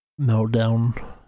meltdown